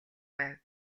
байв